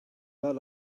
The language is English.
lot